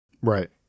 Right